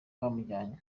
bamujyanye